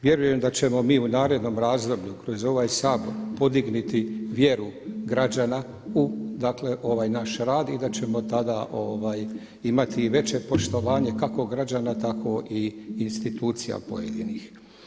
Vjerujem da ćemo mi u narednom razdoblju kroz ovaj Sabor podignuti vjeru građana u ovaj naš rad i da ćemo tada imati i veće poštovanje kako građana tako i institucija pojedinih.